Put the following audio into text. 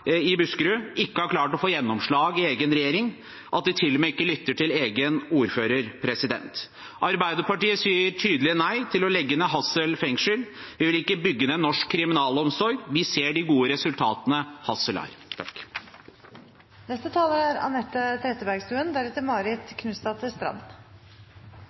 i Buskerud ikke har klart å få gjennomslag i egen regjering, og at de heller ikke lytter til egen ordfører. Arbeiderpartiet sier tydelig nei til å legge ned Hassel fengsel. Vi vil ikke bygge ned norsk kriminalomsorg. Vi ser de gode resultatene Hassel gir. Det er